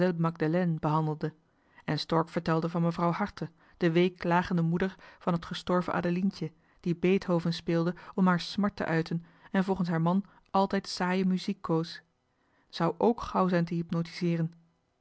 behandelde en stork vertelde van mevrouw harte de weeklagende moeder van het gestorven adelientje die beethoven speelde om haar smart te uiten en volgens haar man altijd saaie muziek koos zou k gauw zijn te